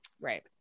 Right